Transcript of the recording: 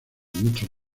muchos